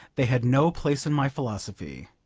they had no place in my philosophy.